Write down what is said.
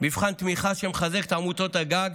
מבחן תמיכה שמחזק את עמותות הגג